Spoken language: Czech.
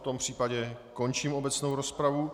V tom případě končím obecnou rozpravu.